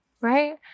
right